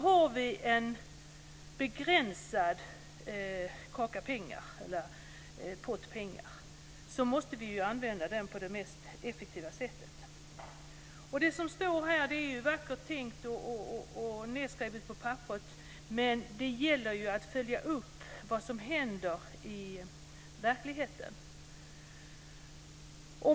Har vi begränsat med pengar måste vi använda dem på det mest effektiva sättet. Det som står nedskrivet på papperet är vackert tänkt, men det gäller ju att följa upp vad som händer i verkligheten.